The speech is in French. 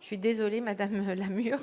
j'en suis désolée, madame Lamure.